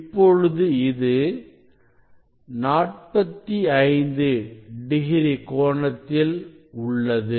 இப்பொழுது இது 45 டிகிரி கோணத்தில் உள்ளது